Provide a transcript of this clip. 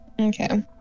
Okay